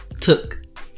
took